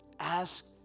Ask